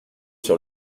sur